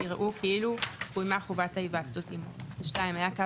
ייראו כאילו קוימה חובת ההיוועצות עמו; היה קו